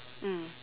mm